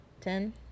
ten